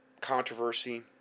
controversy